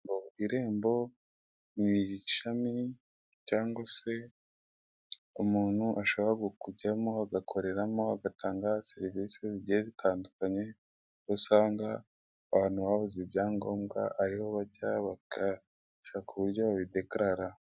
Irembo ni ishami, cyangwa se aho umuntu ashobora kujyamo, agakoreramo agatanga serivise zigiye zitandukanye, aho usanga abantu nabuze ibya ngomba ariho bajya bagashaka uburyo babidekarara.